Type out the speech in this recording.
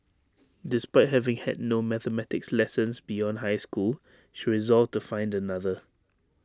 despite having had no mathematics lessons beyond high school she resolved to find another